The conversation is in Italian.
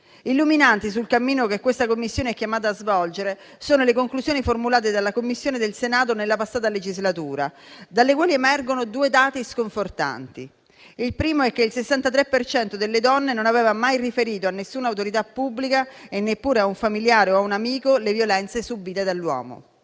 Illuminanti sul cammino che questa Commissione è chiamata svolgere sono le conclusioni formulate dalla Commissione del Senato nella passata legislatura, dalle quali emergono due dati sconfortanti: il primo è che il 63 per cento delle donne non aveva mai riferito a nessuna autorità pubblica e neppure a un familiare o a un amico le violenze subite dall'uomo.